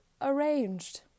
arranged